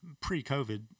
pre-COVID